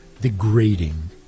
degrading